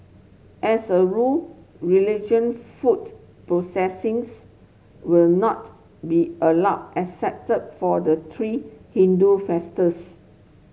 as a rule religion foot processions will not be allowed except for the three Hindu